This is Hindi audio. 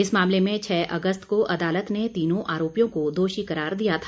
इस मामले में छः अगस्त को अदालत ने तीनों आरोपियों को दोषी करार दिया था